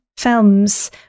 films